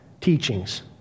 teachings